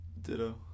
Ditto